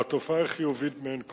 והתופעה היא חיובית מאין כמותה.